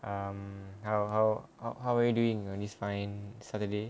um how how how how are you doing on this fine saturday